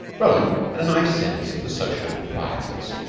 roland had a nice sense of the social proprieties,